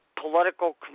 political